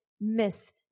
miss